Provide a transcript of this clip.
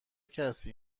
کسی